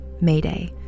Mayday